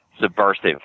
subversive